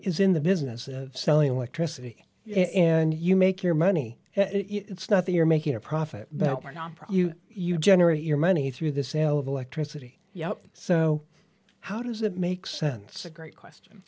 in the business of selling electricity and you make your money it's not that you're making a profit but we're nonprofit you generate your money through the sale of electricity so how does it make sense a great question